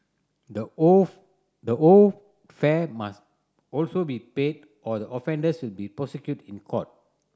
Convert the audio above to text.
the owed the owed fare must also be paid or the offenders will be prosecuted in court